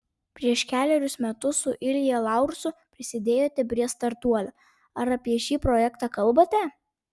prieš kelerius metus su ilja laursu prisidėjote prie startuolio ar apie šį projektą kalbate